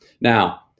Now